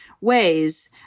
ways